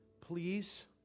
please